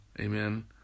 Amen